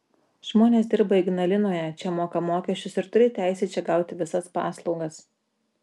žmonės dirba ignalinoje čia moka mokesčius ir turi teisę čia gauti visas paslaugas